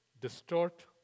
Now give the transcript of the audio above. distort